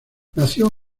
nació